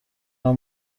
کنار